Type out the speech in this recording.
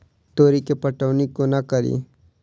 तोरी केँ पटौनी कोना कड़ी?